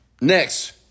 Next